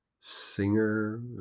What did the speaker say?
singer